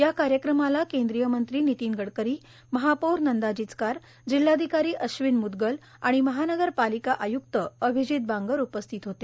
या कार्यक्रमाला केंद्रीय मंत्री नितीन गडकरी महापौर नंदा जिचकार जिल्हाधिकारी अश्विन मुदुगल आणि महानगरपालिका आयुक्त अभिजीत बांगर उपस्थित होते